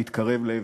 מתקרב לעברי.